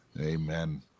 Amen